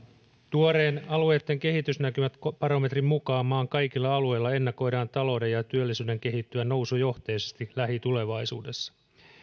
tuoreen alueitten kehitysnäkymät barometrin mukaan maan kaikilla alueilla ennakoidaan talouden ja työllisyyden kehittyvän nousujohteisesti lähitulevaisuudessa